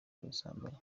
ubusambanyi